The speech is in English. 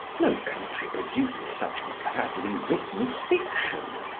no country produces such badly-written fiction,